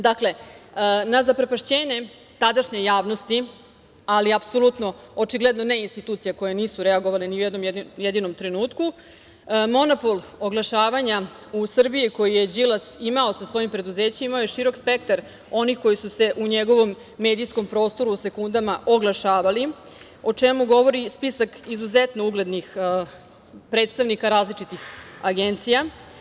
Dakle, na zaprepašćenje tadašnje javnosti, ali apsolutno očigledno ne i institucija koje nisu reagovale ni u jednom jedinom trenutku, monopol oglašavanja u Srbiji koji je Đilas imao sa svojim preduzećima imao je širok spektar onih koji su se u njegovom medijskom prostoru u sekundama oglašavali, o čemu govori spisak izuzetno uglednih predstavnika različitih agencija.